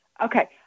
Okay